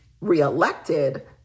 reelected